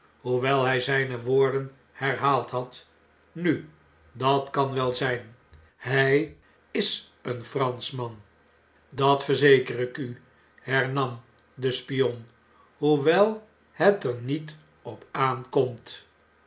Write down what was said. hoewel hij zijne woorden herhaald had fl nu dat kan wel zijn hij is een franschman dat verzeker ik u hernam de spion hoewel het er niet op aankomt